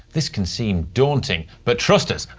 this can seem daunting, but trust us,